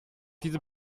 diese